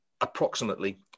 approximately